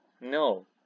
no